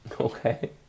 Okay